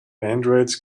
androids